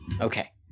Okay